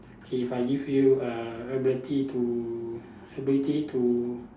okay if I give you uh ability to ability to